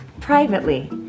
privately